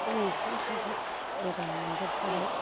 बेखौ नुखांखाबाय बेरायनो मोनजोबखाबाय